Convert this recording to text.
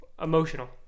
emotional